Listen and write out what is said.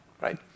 right